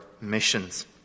missions